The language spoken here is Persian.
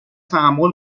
تحمل